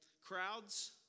crowds